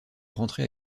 rentrer